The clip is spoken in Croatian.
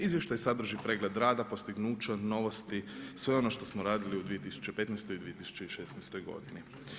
Izvještaj sadrži pregled rada, postignuća, novosti i sve ono što smo radili u 2015. i u 2016. godini.